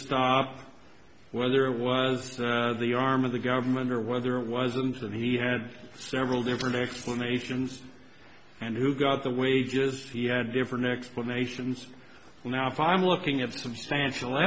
stop whether it was the arm of the government or whether it wasn't that he had several different explanations and who got the wages he had different explanations and now if i'm looking at substantial